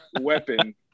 weapon